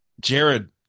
Jared